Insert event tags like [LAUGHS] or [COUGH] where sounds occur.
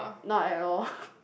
not at all [LAUGHS]